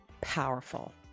powerful